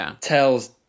tells